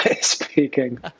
speaking